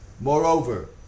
Moreover